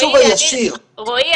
רועי,